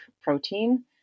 protein